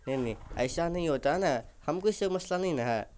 نہیں نہیں ایسا نہیں ہوتا نا ہم کو اس سے مسئلہ نہیں نا ہے